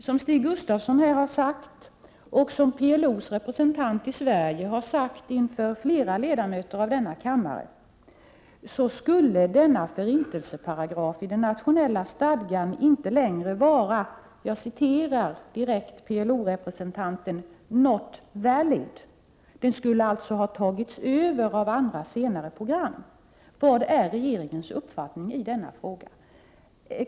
Som Stig Gustafsson har sagt och som PLO:s representant i Sverige har sagt inför flera ledamöter av denna kammare skulle denna förintelseparagraf i den nationella stadgan numera vara ”not valid”. Den skulle alltså ha tagits över av andra, senare program. Vad är regeringens uppfattning i denna fråga?